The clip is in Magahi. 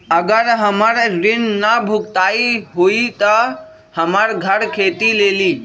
अगर हमर ऋण न भुगतान हुई त हमर घर खेती लेली?